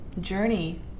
journey